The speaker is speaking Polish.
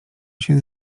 się